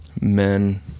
Men